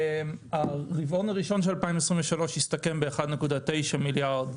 הרבעון הראשון של 2023 הסתכם ב-1.9 מיליארד